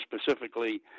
specifically